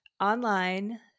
online